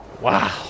wow